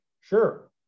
sure